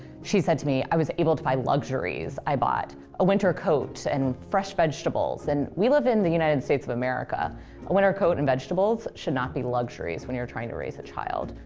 she said to me i was able to buy luxuries. i bought a winter coat and fresh vegetables. and we live in the united states of america a winter coat and vegetables should not be luxuries when you're trying to raise a child.